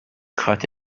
cut